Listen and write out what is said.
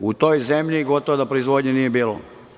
U toj zemlji gotovo da proizvodnje nije bilo.